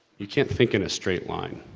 you can't think in a straight line,